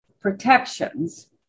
protections